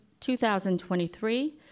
2023